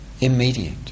Immediate